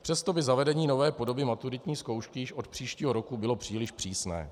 Přesto by zavedení nové podoby maturitní zkoušky již od příštího roku bylo příliš přísné.